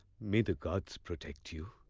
may the gods protect you.